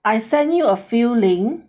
I send you a few link